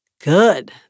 Good